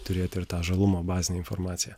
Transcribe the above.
turėti ir tą žalumą bazinę informaciją